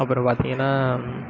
அப்பறம் பார்த்தீங்கனா